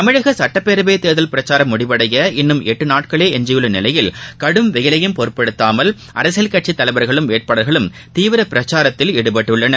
தமிழக சட்டப்பேரவைத் தேர்தல் பிரக்சாரம் முடிவடைய இன்னும் எட்டு நாட்களே எஞ்சியுள்ள நிலையில் கடும் வெயிலையும் பொருட்படுத்தாமல் அரசியல் கட்சித் தலைவர்களும் வேட்பாளர்களும் தீவிர பிரச்சாரத்தில் ஈடுபட்டுள்ளனர்